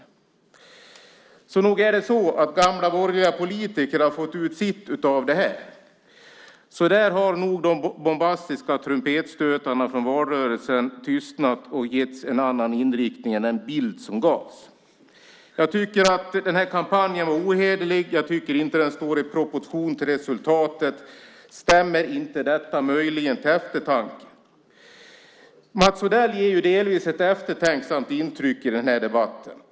Nog är det så att gamla borgerliga politiker har fått ut sitt av detta. Så där har nog de bombastiska trumpetstötarna från valrörelsen tystnat och getts en annan inriktning än den bild som gavs. Jag tycker att denna kampanj var ohederlig. Jag tycker inte att den står i proportion till resultatet. Stämmer inte detta möjligen till eftertanke? Mats Odell ger delvis ett eftertänksamt intryck i denna debatt.